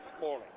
morning